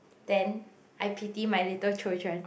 then I pity my little children